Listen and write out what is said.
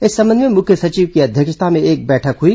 इस संबंध में मुख्य सचिव की अध्यक्षता में एक बैठक हुई